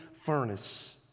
furnace